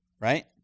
right